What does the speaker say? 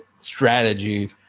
strategy